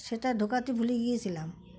সেটা ঢোকাতে ভুলে গিয়েছিলাম